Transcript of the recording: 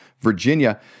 Virginia